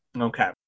Okay